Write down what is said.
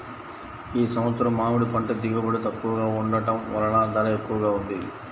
ఈ సంవత్సరం మామిడి పంట దిగుబడి తక్కువగా ఉండటం వలన ధర ఎక్కువగా ఉంది